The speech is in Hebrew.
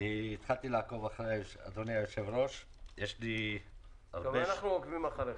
התחלתי לעקוב אחרי אדוני היושב-ראש --- גם אנחנו עוקבים אחריך...